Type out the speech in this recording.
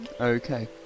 Okay